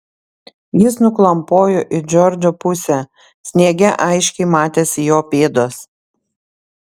jis nuklampojo į džordžo pusę sniege aiškiai matėsi jo pėdos